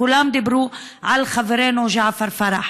כולם דיברו על חברינו ג'עפר פרח,